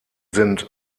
sind